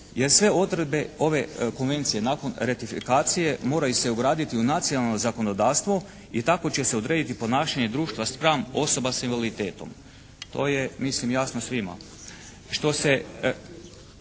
jer sve odredbe ove Konvencije nakon ratifikacije moraju se ugraditi u nacionalno zakonodavstvo i tako će se odrediti ponašanje društva spram osoba s invaliditetom. To je mislim jasno svima.